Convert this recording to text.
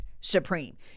supreme